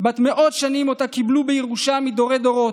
בת מאות שנים שאותה קיבלו בירושה מדורי-דורות,